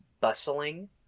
bustling